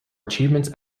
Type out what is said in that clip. achievements